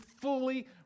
fully